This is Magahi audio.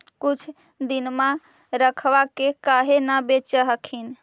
कुछ दिनमा रखबा के काहे न बेच हखिन?